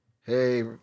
Hey